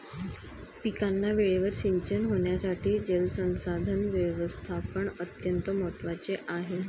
पिकांना वेळेवर सिंचन होण्यासाठी जलसंसाधन व्यवस्थापन अत्यंत महत्त्वाचे आहे